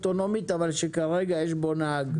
רכב עם יכולת אוטונומית אבל כרגע יש בו נהג.